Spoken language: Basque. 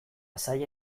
zaila